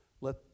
Let